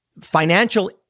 financial